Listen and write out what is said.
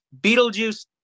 Beetlejuice